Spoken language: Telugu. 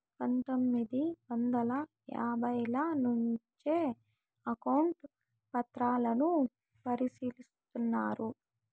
పందొమ్మిది వందల యాభైల నుంచే అకౌంట్ పత్రాలను పరిశీలిస్తున్నారు